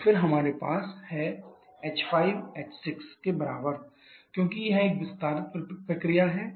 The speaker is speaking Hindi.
और फिर हमारे पास है h5hg08 MPah6 क्योंकि यह एक विस्तार प्रक्रिया है